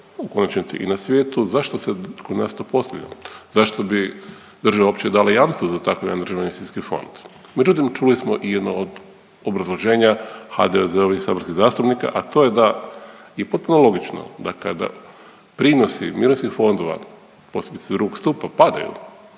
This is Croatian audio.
u konačnici i na svijetu zašto se kod nas to postavlja? Zašto bi država uopće dala i jamstvo za takav jedan državni investicijski fond? Međutim, čuli smo i jedno od obrazloženja HDZ-ovih saborskih zastupnika, a to je da potpuno logično da kada prinosi mirovinskog fondova posebice II. stupa padaju